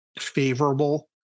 favorable